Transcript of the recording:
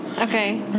Okay